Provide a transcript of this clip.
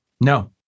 No